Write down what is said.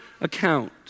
account